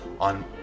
on